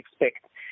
expect